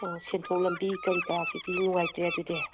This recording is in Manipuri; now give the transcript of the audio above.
ꯑꯥ ꯁꯦꯟꯊꯣꯛ ꯂꯝꯕꯤ ꯀꯔꯤ ꯀꯔꯥꯁꯤꯗꯤ ꯅꯨꯡꯉꯥꯏꯇ꯭ꯔꯦ ꯑꯗꯨꯗꯤ